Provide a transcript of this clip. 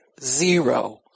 Zero